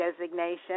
designation